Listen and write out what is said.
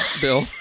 bill